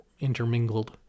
intermingled